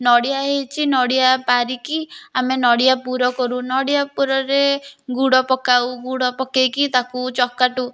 ନଡ଼ିଆ ହୋଇଛି ନଡ଼ିଆ ପାରିକି ଆମେ ନଡ଼ିଆ ପୁର କରୁ ନଡ଼ିଆ ପୁରରେ ଗୁଡ଼ ପକାଉ ଗୁଡ଼ ପକେଇକି ତାକୁ ଚକଟୁ